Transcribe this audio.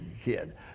kid